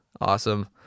Awesome